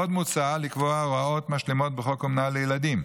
עוד מוצע לקבוע הוראות משלימות בחוק אומנה לילדים,